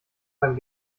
beim